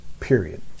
period